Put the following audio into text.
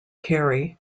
carry